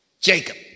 Jacob